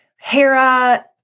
Hera